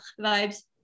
vibes